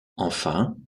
enfin